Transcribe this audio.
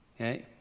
Okay